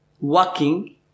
working